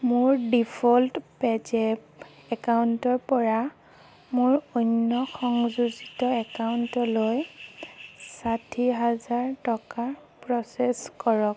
মোৰ default PayZapp একাউণ্টৰ পৰা মোৰ অন্য সংযোজিত একাউণ্টলৈ ষাঠি হেজাৰ টকা প্ৰ'চেছ কৰক